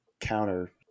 counter